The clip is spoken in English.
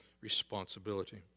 responsibility